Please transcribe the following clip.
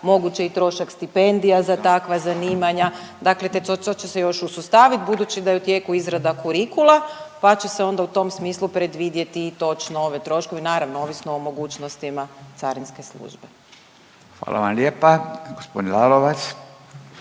moguće i trošak stipendija za takva zanimanja. Dakle, to će se još usustavit. Budući da je u tijeku izrada kurikula, pa će se onda u tom smislu predvidjeti i točno ovi troškovi naravno o mogućnostima Carinske službe. **Radin, Furio